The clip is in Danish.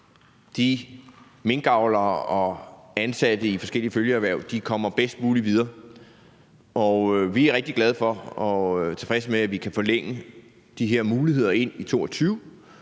at minkavlere og ansatte i forskellige følgeerhverv kommer bedst muligt videre, og vi er rigtig glade for og tilfredse med, at vi kan forlænge de her muligheder ind i 2022.